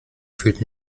fühlten